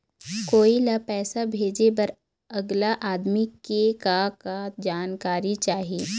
कोई ला पैसा भेजे बर अगला आदमी के का का जानकारी चाही?